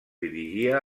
dirigia